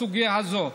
בסוגיה הזאת.